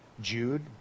Jude